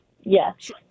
Yes